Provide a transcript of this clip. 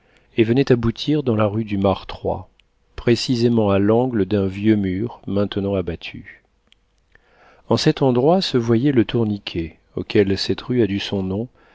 et venait aboutir dans la rue du martroi précisément à l'angle d'un vieux mur maintenant abattu en cet endroit se voyait le tourniquet auquel cette rue a dû son nom